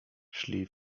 szli